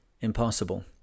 impossible